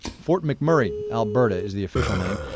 fort mcmurray, alberta, is the official name.